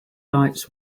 lights